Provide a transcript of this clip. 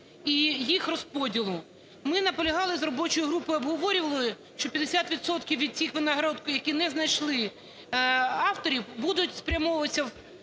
і їх розподілу. Ми наполягали з робочою групою, обговорювали, що 50 відсотків від всіх винагород, які не знайшли авторів, будуть спрямовуватися,